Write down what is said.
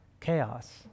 chaos